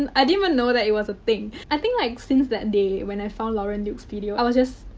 um i didn't even know that it was a thing. i think, like, ever since that day when i found lauren luke's video, i was just.